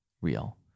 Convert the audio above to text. real